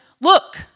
look